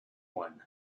one